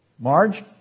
Marge